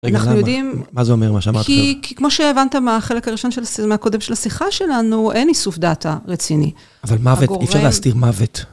אנחנו יודעים, היא, כמו שהבנת מהחלק הראשון, הקודם של השיחה שלנו, אין איסוף דאטה רציני. אבל מוות, אי אפשר להסתיר מוות.